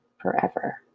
Forever